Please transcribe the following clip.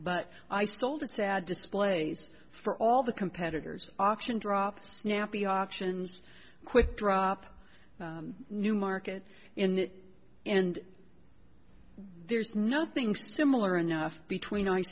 but i sold its ad displays for all the competitors auction drop snappy options quick drop new market in and there's nothing similar enough between i